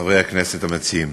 חברי הכנסת המציעים,